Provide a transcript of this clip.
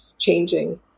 changing